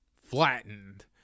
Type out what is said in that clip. flattened